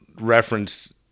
reference